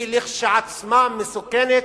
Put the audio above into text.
היא כשלעצמה מסוכנת,